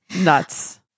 Nuts